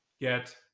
get